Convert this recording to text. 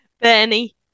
Bernie